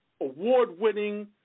award-winning